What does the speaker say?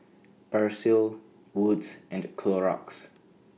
Persil Wood's and Clorox